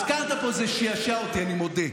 הזכרת פה, זה שעשע אותי, אני מודה,